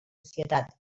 societat